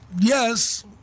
Yes